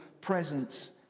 presence